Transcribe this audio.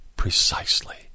Precisely